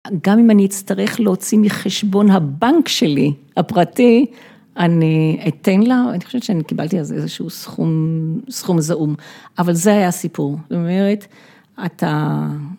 גם אם אני אצטרך להוציא מחשבון הבנק שלי, הפרטי, אני אתן לה, אני חושבת שאני קיבלתי איזשהו סכום זעום. אבל זה היה הסיפור, זאת אומרת, אתה...